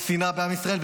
שנאה בעם ישראל,